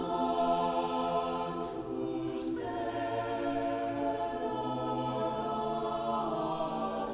ah ah ah